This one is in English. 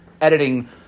editing